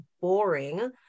boring